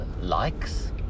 likes